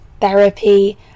therapy